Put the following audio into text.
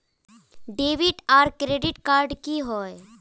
Debit आर credit card की होय?